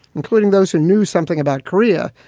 including those who knew something about korea,